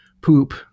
poop